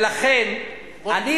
ולכן,